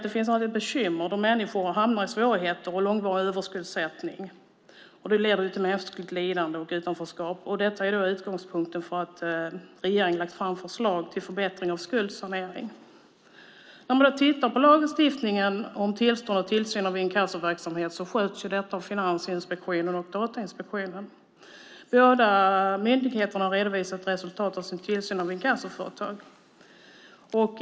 Det är alltid ett bekymmer då människor hamnar i svårigheter och långvarig överskuldsättning. Det leder till mänskligt lidande och utanförskap. Detta är utgångspunkten för regeringens förslag till förbättring av skuldsaneringslagen. När man tittar på lagstiftningen om tillstånd och tillsyn av inkassoverksamhet ser man att detta sköts av Finansinspektionen och Datainspektionen. Båda myndigheterna har redovisat resultat av sin tillsyn av inkassoföretag.